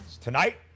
Tonight